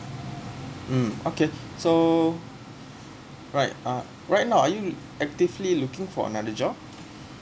mm okay so right uh right now are you actively looking for another job